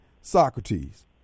Socrates